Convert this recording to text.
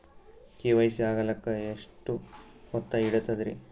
KYC ಆಗಲಕ್ಕ ಎಷ್ಟ ಹೊತ್ತ ಹಿಡತದ್ರಿ?